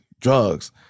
drugs